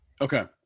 Okay